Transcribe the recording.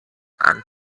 and